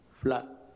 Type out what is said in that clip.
flat